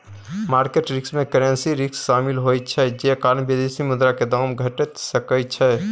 market risk में currency risk शामिल होइ छइ जे कारण विदेशी मुद्रा के दाम घइट सकइ छइ